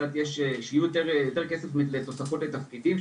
שיהיה יותר כסף לתוספות לתפקידים,